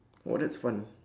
oh that's fun